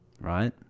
Right